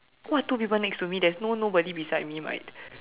what two people next to me there is no nobody beside my mate